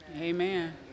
Amen